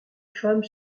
femme